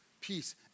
peace